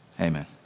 amen